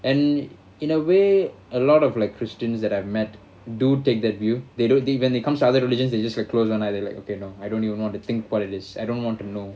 and in a way a lot of like christians that I've met do take that view they don't they when it comes to other religions they just like close one eye they like okay no I don't even want to think about this I don't want to know